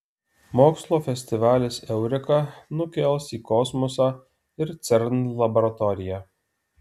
mokslo festivalis eureka nukels į kosmosą ir cern laboratoriją